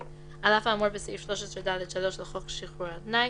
5. על אף האמור בסעיף 13(ד)(3) לחוק שחרור על-תנאי,